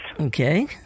Okay